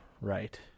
Right